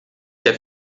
der